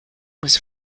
was